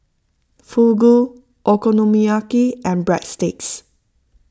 Fugu Okonomiyaki and Breadsticks